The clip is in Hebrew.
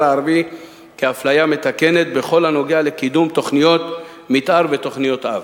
הערבי כאפליה מתקנת בכל הקשור לקידום תוכניות מיתאר ותוכניות-אב,